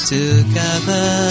Together